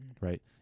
Right